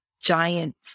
giant